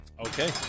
Okay